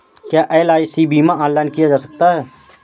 क्या एल.आई.सी बीमा ऑनलाइन किया जा सकता है?